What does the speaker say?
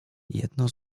jedno